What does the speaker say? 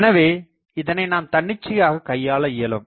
எனவே இதனை நாம் தன்னிச்சையாக கையாள இயலும்